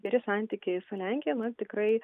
geri santykiai su lenkija na tikrai